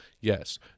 Yes